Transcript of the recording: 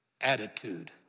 attitude